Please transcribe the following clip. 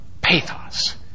pathos